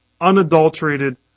unadulterated